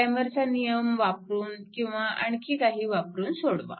क्रॅमरचा नियम Kramer's Rule वापरून किंवा आणखी काही वापरून सोडवा